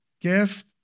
gift